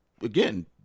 again